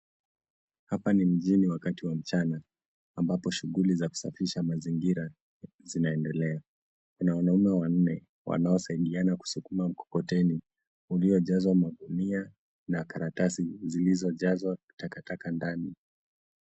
Hapa ni mjini wakati wa mchana ambapo shughuli za kusafisha mazingira zinaendelea. Kuna wanaume wanne wanaosaidiana kusukuma mkokoteni uliojazwa magunia na karatasi zilizojazwa takataka ndani.